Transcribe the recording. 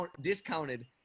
discounted